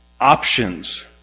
options